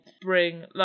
bring